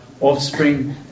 offspring